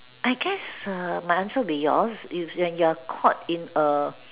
I guess err my answer be yours if when you're caught in a